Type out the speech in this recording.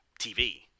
TV